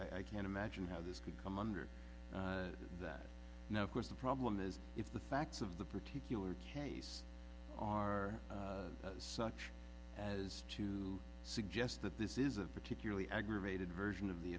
that i can imagine how this could come under that now of course the problem is if the facts of the particular case are such as to suggest that this is a particularly aggravated version of the